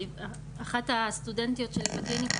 אחת הסטודנטיות של הקליניקה,